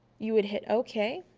you would hit ok